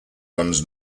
runs